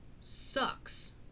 Sucks